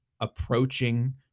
approaching